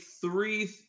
three